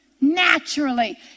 Naturally